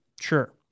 Sure